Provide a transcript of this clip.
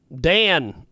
Dan